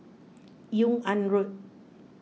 Yung An Road